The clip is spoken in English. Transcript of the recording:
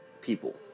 people